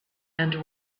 and